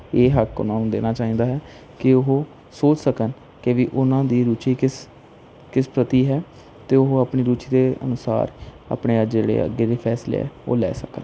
ਇਹ ਹੱਕ ਉਨ੍ਹਾਂ ਨੂੰ ਦੇਣਾ ਚਾਹੀਂਦਾ ਹੈ ਕੀ ਉਹ ਸੋਚ ਸਕਣ ਕਿ ਵੀ ਉਨ੍ਹਾਂ ਦੀ ਰੁਚੀ ਕਿਸ ਕਿਸ ਪ੍ਰਤੀ ਹੈ ਤੇ ਉਹ ਆਪਣੀ ਰੁਚੀ ਦੇ ਅਨੁਸਾਰ ਆਪਣੇ ਆਹ ਜਿਹੜੇ ਅੱਗੇ ਦੇ ਫੈਸਲੇ ਐ ਉਹ ਲੈ ਸਕਣ